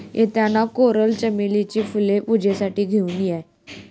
येताना कोरल चमेलीची फुले पूजेसाठी घेऊन ये